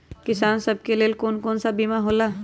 किसान सब के लेल कौन कौन सा बीमा होला?